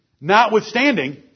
Notwithstanding